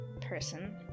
person